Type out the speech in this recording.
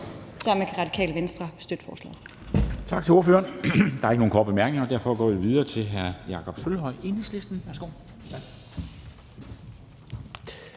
Dermed kan Radikale Venstre støtte forslaget.